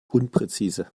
unpräzise